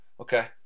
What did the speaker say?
Okay